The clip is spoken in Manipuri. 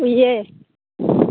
ꯎꯏꯌꯦ